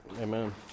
Amen